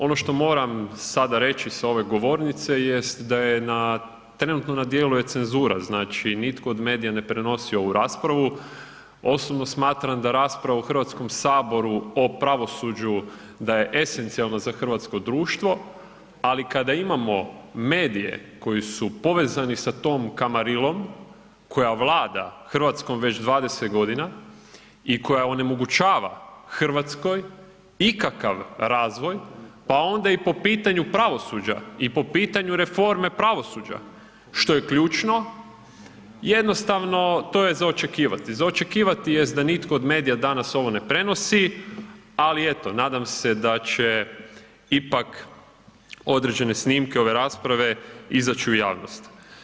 Ono što moram sada reći sa ove govornice jest da je na, trenutno na djelu je cenzura, znači nitko od medija ne prenosi ovu raspravu, osobno smatram da raspravu u Hrvatskom saboru o pravosuđu da je esencijalno za hrvatsko društvo, ali kada imamo medije koji su povezani sa tom kamarilom koja vlada Hrvatskom već 20 godina i koja onemogućava Hrvatskoj ikakav razvoj, pa onda i po pitanju pravosuđa i po pitanju reforme pravosuđa što je ključno, jednostavno to je za očekivati, za očekivati jest da nitko od medija danas ovo ne prenosi, ali eto nadam se da će ipak određene snimke ove rasprave izaći u javnost.